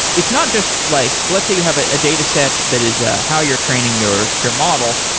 it's not just like, let's say you have a data set that is ah how you're training your your model.